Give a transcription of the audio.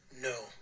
No